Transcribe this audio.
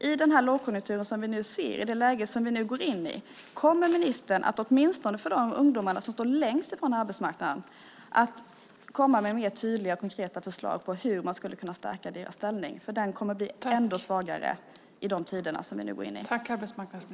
I den lågkonjunktur vi nu ser, i det läge vi nu går in i, kommer ministern att åtminstone för de ungdomar som står längst från arbetsmarknaden lägga fram mer tydliga och konkreta förslag på hur deras ställning kan stärkas? Den kommer att bli ändå svagare i de tider vi nu går in i.